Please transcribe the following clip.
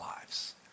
lives